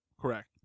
correct